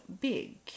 big